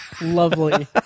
lovely